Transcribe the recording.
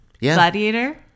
Gladiator